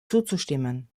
zuzustimmen